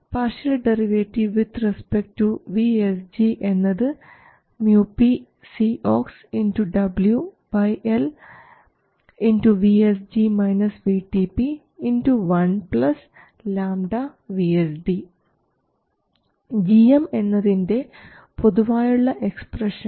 partial derivative with respect to VSG എന്നത് µpCox W L 1 λ VSD gm എന്നതിൻറെ പൊതുവായുള്ള expression